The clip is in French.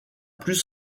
plus